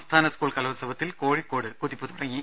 സംസ്ഥാന സ്കൂൾ കലോത്സവത്തിൽ കോഴിക്കോട് കുതിപ്പ് തുട ങ്ങി